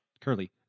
Curly